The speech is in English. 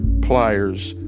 pliers,